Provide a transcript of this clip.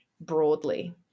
broadly